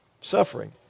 suffering